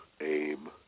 aim